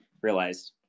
realized